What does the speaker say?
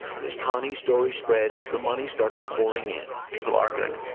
and as tani's story spread the money started pouring in. people are good.